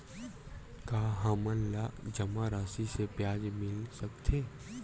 का हमन ला जमा राशि से ब्याज मिल सकथे?